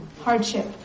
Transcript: hardship